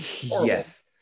Yes